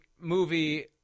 movie